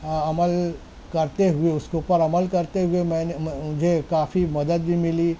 عمل کرتے ہوئے اس کے اوپر عمل کرتے ہوئے میں نے مجھے کافی مدد بھی ملی